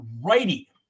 righty